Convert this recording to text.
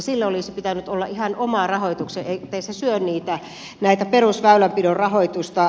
sille olisi pitänyt olla ihan oma rahoituksensa ettei se syö perusväylänpidon rahoitusta